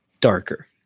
darker